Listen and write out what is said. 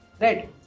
Right